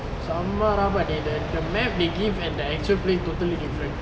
செம்ம:semma rava the map they give and the actual place totally different